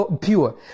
pure